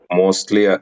mostly